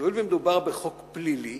שהואיל ומדובר בחוק פלילי,